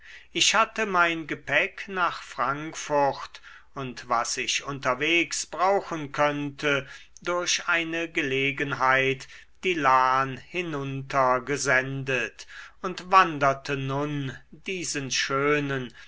ich hatte mein gepäck nach frankfurt und was ich unterwegs brauchen könnte durch eine gelegenheit die lahn hinunter gesendet und wanderte nun diesen schönen